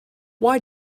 why